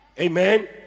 amen